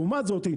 לעומת זאת,